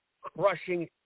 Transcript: Crushing